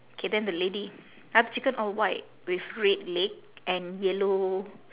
K then the lady !huh! the chicken all white with red leg and yellow